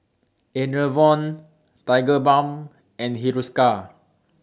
Enervon Tigerbalm and Hiruscar